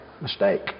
mistake